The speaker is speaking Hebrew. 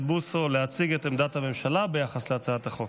בוסו להציג את עמדת הממשלה ביחס להצעת החוק.